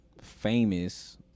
famous